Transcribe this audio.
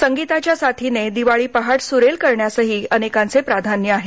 संगीताच्या साथीने दिवाळी पहाट सुरेल करण्यासही अनेकांचे प्राधान्य आहे